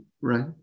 Right